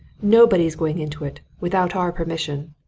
nobody's going into it without our permission.